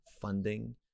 funding